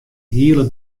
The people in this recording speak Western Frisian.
hiele